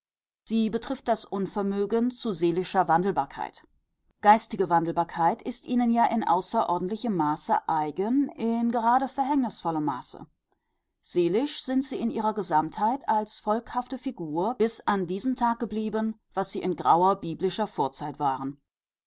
sie betrifft das unvermögen zu seelischer wandelbarkeit geistige wandelbarkeit ist ihnen ja in außerordentlichem maße eigen in gerade verhängnisvollem maße seelisch sind sie in ihrer gesamtheit als volkhafte figur bis an diesen tag geblieben was sie in grauer biblischer vorzeit waren